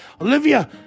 Olivia